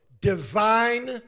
Divine